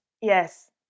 Yes